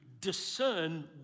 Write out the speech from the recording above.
discern